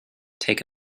take